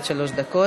עד שלוש דקות.